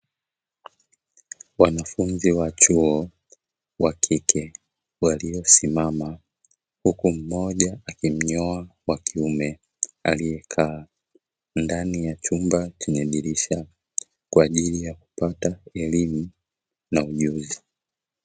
Wanafunzi wa chuo wa kike waliosimama, huku mmoja akimnyoa mmoja wa kiume aliekaa ndani ya chumba chenye dirisha kwa ajili ya kupata elimu na ujuzi.